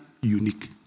unique